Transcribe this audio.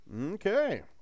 Okay